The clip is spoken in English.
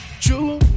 true